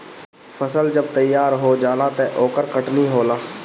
फसल जब तैयार हो जाला त ओकर कटनी होला